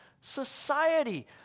society